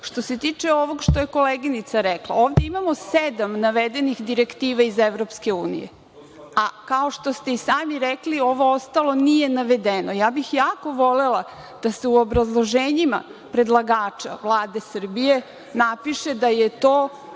se tiče ovog što je koleginica rekla, ovde imamo sedam navedenih direktiva iz EU, a kao što ste i sami rekli ovo ostalo nije navedeno. Ja bih jako volela da se u obrazloženjima predlagača, Vlade Srbije, napiše da je to